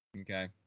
Okay